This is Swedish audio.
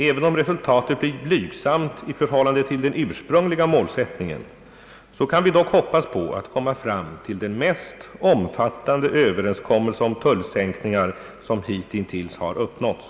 Även om resultatet blir blygsamt i förhållande till den ursprungliga målsättningen, kan vi dock hoppas på att komma fram till den mest omfattande överenskommelse om tullsänkningar som hitintills har uppnåtts.